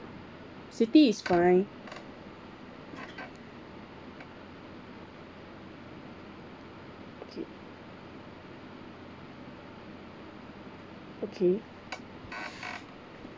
city is fine okay